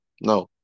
No